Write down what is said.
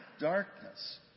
darkness